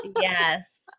Yes